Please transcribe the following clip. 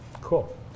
Cool